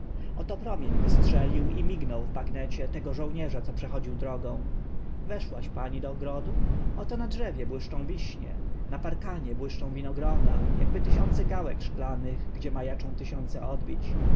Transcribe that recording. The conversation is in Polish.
oto promień wystrzelił i mignął w bagnecie tego żołnierza co przechodzi drogą weszłaś pani do ogrodu oto na drzewie błyszczą wiśnie na parkanie błyszczą winogrona akby tysiące gałek szklanych gdzie ma aczą tysiące odbić